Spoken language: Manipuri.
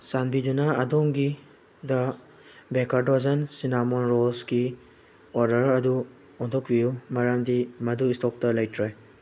ꯆꯥꯟꯕꯤꯗꯨꯅ ꯑꯗꯣꯝꯒꯤ ꯗ ꯕꯦꯀꯔ ꯗꯖꯟ ꯁꯤꯟꯅꯥꯃꯣꯟ ꯔꯣꯜꯁꯒꯤ ꯑꯣꯔꯗꯔ ꯑꯗꯨ ꯑꯣꯟꯊꯣꯛꯄꯤꯌꯨ ꯃꯔꯝꯗꯤ ꯃꯗꯨ ꯏꯁꯇꯣꯛꯇ ꯂꯩꯇ꯭ꯔꯦ